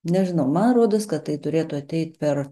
nežinau man rodos kad tai turėtų ateit per